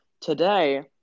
today